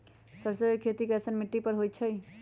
सरसों के खेती कैसन मिट्टी पर होई छाई?